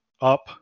up